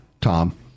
Tom